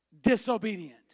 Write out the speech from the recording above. disobedient